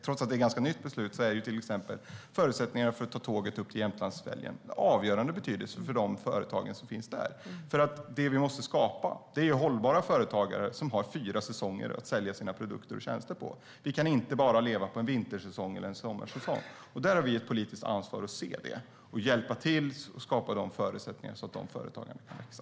Till exempel är förutsättningarna för att man ska kunna ta tåget upp till Jämtlandsfjällen av avgörande betydelse för de företag som finns där. Det vi måste skapa är hållbara företagare som har fyra säsonger att sälja sina produkter och tjänster på. De kan inte leva på bara en vinter eller sommarsäsong. Där har vi ett politiskt ansvar för att hjälpa till att skapa förutsättningar för att de företagen ska kunna växa.